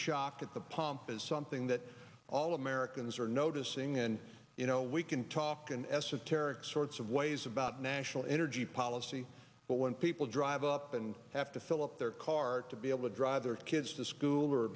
shock at the pump is something that all americans are noticing and you know we can talk and esoteric sorts of ways about national energy policy but when people drive up and have to fill up their car to be able to drive their kids to school or